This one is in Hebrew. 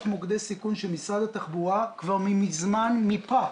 מוקדי סיכון שמשרד התחבורה כבר מזמן ניפה.